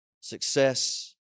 success